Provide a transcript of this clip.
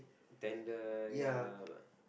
tender ya